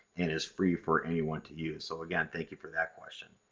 and is free for anyone to use. so again, thank you for that question.